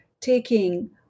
taking